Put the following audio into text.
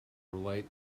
relate